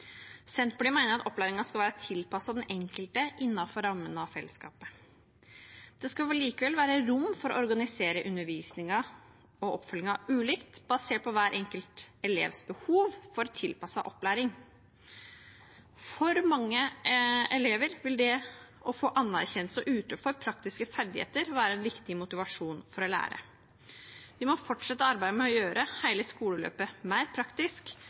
Senterpartiet mener at opplæringen skal være tilpasset den enkelte innenfor rammen av fellesskapet. Det skal likevel være rom for å organisere undervisningen og oppfølgingen ulikt basert på hver enkelt elevs behov for tilpasset opplæring. For mange elever vil det å få anerkjennelse og utløp for praktiske ferdigheter være en viktig motivasjon for å lære. Vi må fortsette arbeidet med å gjøre hele skoleløpet mer praktisk,